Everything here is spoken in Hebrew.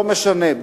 לא משנה,